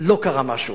לא קרה משהו.